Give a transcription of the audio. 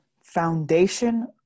foundation